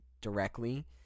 directly